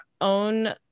own